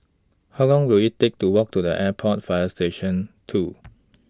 How Long Will IT Take to Walk to The Airport Fire Station two